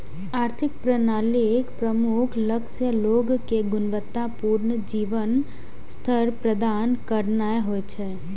आर्थिक प्रणालीक प्रमुख लक्ष्य लोग कें गुणवत्ता पूर्ण जीवन स्तर प्रदान करनाय होइ छै